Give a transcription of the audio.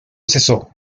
cesó